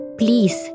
please